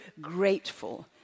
grateful